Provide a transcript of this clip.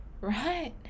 right